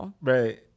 Right